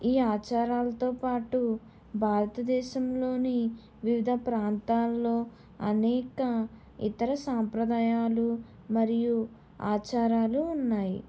ఈ ఆచారాలతో పాటు భారతదేశంలోని వివిధ ప్రాంతాల్లో అనేక ఇతర సాంప్రదాయాలు మరియు ఆచారాలు ఉన్నాయి